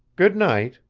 good night.